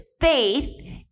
faith